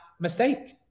Mistake